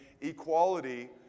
equality